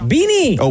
Beanie